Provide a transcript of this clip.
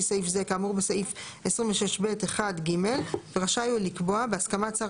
סעיף זה כאמור בסיף 26(ב)(1)(ג) ורשאי הוא לקבוע בהסכמת שר